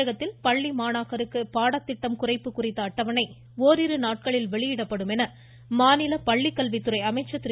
தமிழகத்தில் பள்ளி மாணாக்கருக்கு பாடத்திட்டம் குறைப்பு குறித்த அட்டவணை ஓரிரு நாட்களில் வெளியிடப்படும் என மாநில பள்ளிக்கல்வித்துறை அமைச்சர் திரு